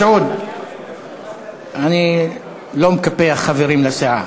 מסעוד, אני לא מקפח חברים לסיעה.